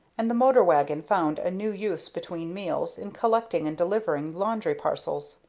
and the motor wagon found a new use between meals, in collecting and delivering laundry parcels.